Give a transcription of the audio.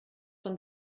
von